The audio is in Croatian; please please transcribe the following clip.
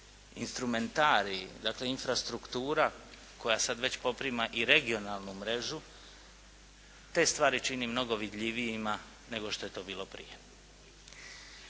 instrumentarij, dakle infrastruktura koja sad već poprima i regionalnu mrežu te stvari čini mnogo vidljivijima nego što je to bilo prije.